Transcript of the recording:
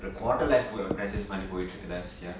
quarter life crisis மாதிரி போயிட்டிருக்குல:maathiri poytirukula sia